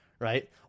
Right